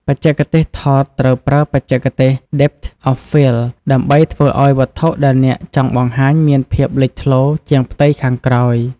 បច្ចេកទេសថតត្រូវប្រើបច្ចេកទេស Depth of Field ដើម្បីធ្វើឲ្យវត្ថុដែលអ្នកចង់បង្ហាញមានភាពលេចធ្លោជាងផ្ទៃខាងក្រោយ។